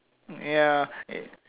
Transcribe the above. ya